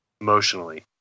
emotionally